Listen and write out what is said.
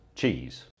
cheese